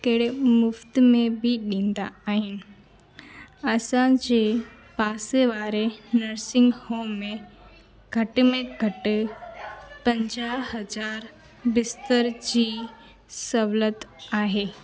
कहिड़े मुफ़्त में बि ॾींदा आहिनि असांजे पासे वारे नर्सींग होम में घटि में घटि पंजाह हज़ार बिस्तर जी सहूलियत आहे